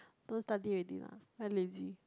don't study already lah very lazy